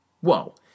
Whoa